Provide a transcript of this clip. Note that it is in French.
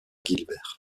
guilbert